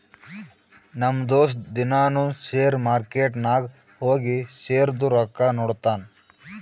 ನಮ್ ದೋಸ್ತ ದಿನಾನೂ ಶೇರ್ ಮಾರ್ಕೆಟ್ ನಾಗ್ ಹೋಗಿ ಶೇರ್ದು ರೊಕ್ಕಾ ನೋಡ್ತಾನ್